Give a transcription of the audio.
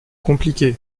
compliqué